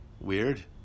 Weird